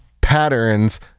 patterns